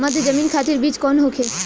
मध्य जमीन खातिर बीज कौन होखे?